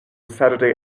saturday